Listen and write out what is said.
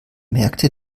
merkte